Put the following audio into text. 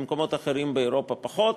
במקומות אחרים באירופה פחות.